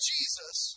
Jesus